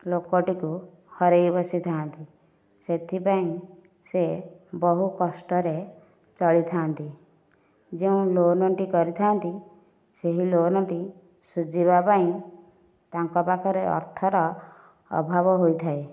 ଲୋକଟିକୁ ହରାଇବସିଥା'ନ୍ତି ସେଥିପାଇଁ ସେ ବହୁ କଷ୍ଟରେ ଚଳିଥା'ନ୍ତି ଯେଉଁ ଲୋନ୍ଟି କରିଥା'ନ୍ତି ସେହି ଲୋନ୍ଟି ଶୁଝିବା ପାଇଁ ତାଙ୍କ ପାଖରେ ଅର୍ଥର ଅଭାବ ହୋଇଥାଏ